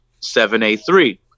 7a3